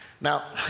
Now